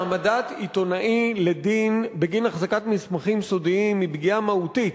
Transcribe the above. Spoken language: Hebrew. העמדת עיתונאי לדין בגין החזקת מסמכים סודיים היא פגיעה מהותית